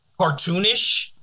cartoonish